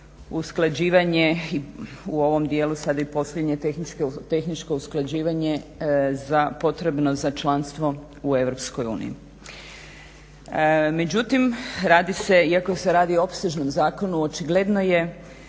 usklađivanje i u ovom dijelu sada i posljednje tehničko usklađivanje potrebno za članstvo u EU. Međutim iako se radi o opsežnom zakonu očigledno je